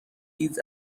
ایدز